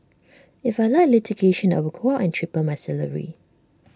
if I liked litigation I would go out and triple my salary